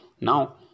Now